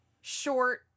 short